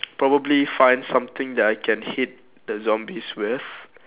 probably find something that I can hit the zombies with